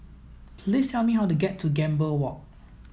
please tell me how to get to Gambir Walk